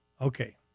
Okay